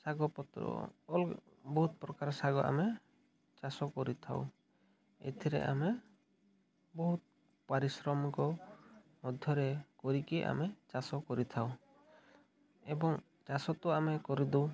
ଶାଗ ପତ୍ର ବହୁତ ପ୍ରକାର ଶାଗ ଆମେ ଚାଷ କରିଥାଉ ଏଥିରେ ଆମେ ବହୁତ ପାରିଶ୍ରମକୁ ମଧ୍ୟରେ କରିକି ଆମେ ଚାଷ କରିଥାଉ ଏବଂ ଚାଷ ତ ଆମେ କରିଦେଉ